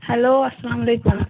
hello اَسلامُ علیکُم